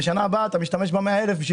ובשנה הבאה אתה משתמש ב-100,000 כדי